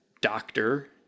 doctor